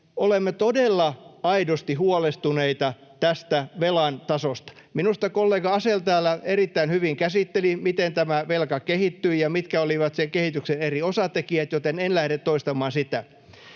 on todella aidosti huolestunut tästä velan tasosta. Minusta kollega Asell täällä erittäin hyvin käsitteli, miten tämä velka kehittyy ja mitkä olivat sen kehityksen eri osatekijät, joten en lähde toistamaan sitä.